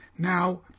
Now